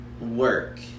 work